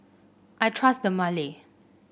I trust Dermale